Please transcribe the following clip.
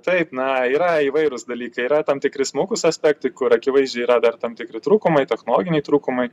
taip na yra įvairūs dalykai yra tam tikri smulkūs aspektai kur akivaizdžiai yra dar tam tikri trūkumai technologiniai trūkumai